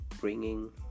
bringing